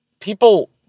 people